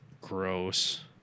gross